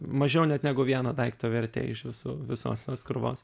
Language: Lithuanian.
mažiau net negu vieno daikto vertė iš visų visos tos krūvos